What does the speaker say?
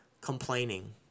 complaining